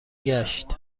گشت